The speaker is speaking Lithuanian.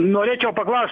norėčiau paklaust